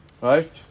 Right